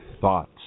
thoughts